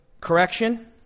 correction